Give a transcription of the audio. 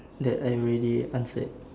that I already answered